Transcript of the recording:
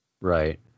Right